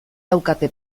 daukate